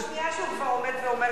זה פעם שנייה שהוא כבר עומד ואומר,